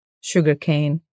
sugarcane